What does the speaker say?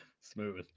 Smooth